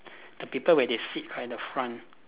the people where they sit at in the front